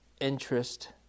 interest